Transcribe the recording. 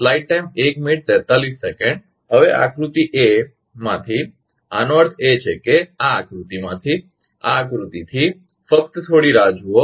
હવે આકૃતિ 14 એ માંથી આનો અર્થ છે કે આ આકૃતિમાંથી આ આકૃતિથી ફકત થોડી રાહ જુઓ